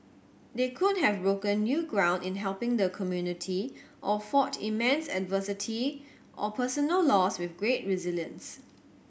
they could have broken new ground in helping the community or fought immense adversity or personal loss with great resilience